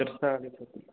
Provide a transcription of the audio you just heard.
तर साधारण कसं